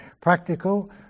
practical